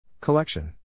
Collection